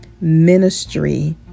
ministry